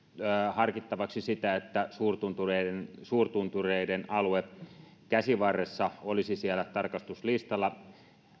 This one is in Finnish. harkittavaksi sitä että suurtuntureiden suurtuntureiden alue käsivarressa olisi siellä tarkastuslistalla